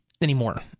anymore